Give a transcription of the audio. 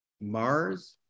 Mars